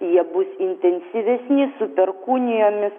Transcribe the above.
jie bus intensyvesni su perkūnijomis